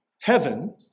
heaven